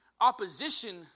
Opposition